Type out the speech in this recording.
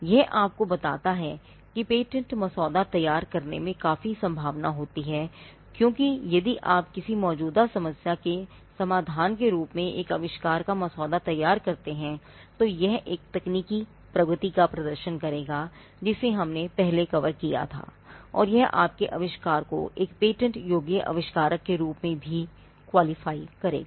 यह आपको बताता है कि पेटेंट मसौदा तैयार करने में काफी संभावना होती है क्योंकि यदि आप किसी मौजूदा समस्या के समाधान के रूप में एक आविष्कार का मसौदा तैयार करते हैं तो यह तकनीकी प्रगति का प्रदर्शन करेगा जिसे हमने पहले कवर किया था और यह आपके आविष्कार को एक पेटेंट योग्य आविष्कार के रूप में भी क्वालिफ़ाई करेगा